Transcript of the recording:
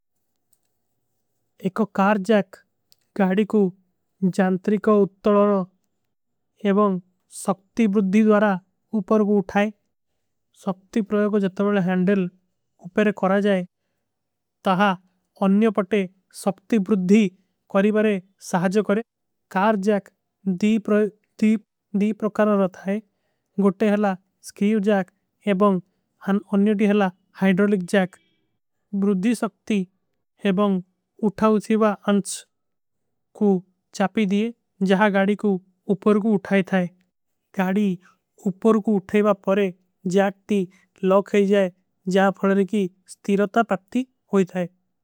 ଏକୋ car jack ଗାଡୀ କୋ ଜାଂତରୀ କୋ ଉତ୍ତଡ। ଔର ଏବଂ ସକ୍ତି ବୁରୁଦ୍ଧୀ ଦ୍ଵାରା ଉପର କୋ ଉଠାଏ। ସକ୍ତି ପ୍ରଵଯ କୋ ଜଟରଵଲ ହେଂଡଲ ଉପରେ କରା। ଜାଏ ତହାଁ ଅନ୍ଯୋ ପଟେ ସକ୍ତି ବୁରୁଦ୍ଧୀ କରୀବରେ। ସହାଜ କରେଂ କାର ଜାକ ଦୀ। ପ୍ରକାରା ରଥାଏ ଗୋଟେ ହଲା ସ୍କ୍ରୀଵ ଜାକ ଏବଂ ଅନ। ଅନ୍ଯୋ ଟୀ ହଲା ହାଇଡରୋଲିକ ଜାକ ବୁରୁଦ୍ଧୀ। ସକ୍ତି ଏବଂ ଉଠାଉଚୀଵା ଅଂଚ କୋ ଚାପୀ ଦିଯେ। ଜହାଁ ଗାଡୀ କୋ ଉପର କୋ ଉଠାଏ ଥାଏ ଗାଡୀ। ଉପର କୋ ଉଠାଏଵା ପରେ ଜାକ ଟୀ ଲକ ହୈ। ଜାଏ ଜାପଡନେ କୀ ସ୍ତିରତା ପତ୍ତି ହୋଈ ଥାଏ।